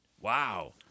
Wow